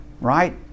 Right